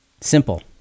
Simple